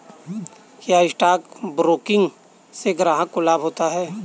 क्या stock broking से ग्राहक को लाभ होता है?